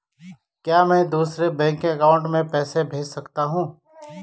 क्या मैं दूसरे बैंक अकाउंट में पैसे भेज सकता हूँ?